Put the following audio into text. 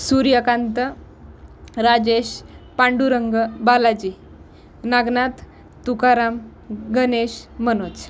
Suryakant Rajesh Pandurang Balaji Nagnath Tukaram Ganesh Manoj